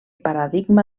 paradigma